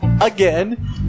again